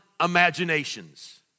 imaginations